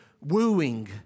wooing